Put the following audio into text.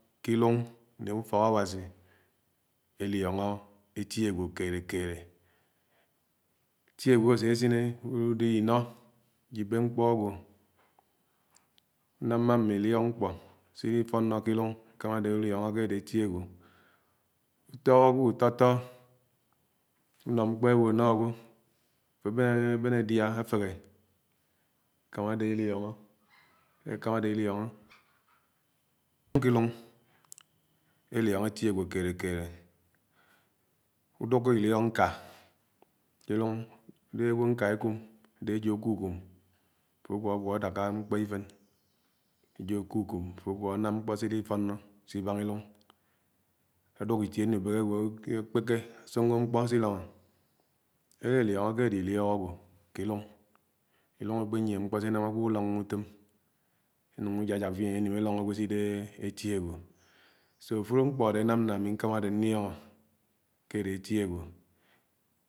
Ke ilúng né ufọ́k Àwàsí elióngó eti ágwo kélé-kélé. Eti ágwo àsésinè àlùidéhé inọ́, ùjié mkṕo ágwo ùnámá mmé eliók mkpó silifóngó ki-iluñg ekámá atè elióngó ké adé eti ágwó, ùtọhọ agwo ùtọ́tọ́, ùnọ́ mkpó ewò áno ágwó afó abén adia aféhé ekámá adé elíóngó kè ilung eti ágwo kélé-kélé, ùdúkú iliók nkà ké ilung eti ágwo nká ekúm ade ejo akúkúm afó ágwo-gwo adáké mkpó si-ilifoño sibangà ilúng. adùk itie nubètè ágwo akékpéké àsìongó mkpo si-ilóngó elà elióngó ké adé iliók ágwó ké ilùng ilùng ekpényie mkpo sènam agwo ùloñgó ùtóm, ùjáják fien enim elóng ágwo sidé eti agwó, so àfúlo mkpo adé ánám na ami nkàmà adè nkóngó ke ádè ete agwo.